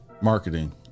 marketing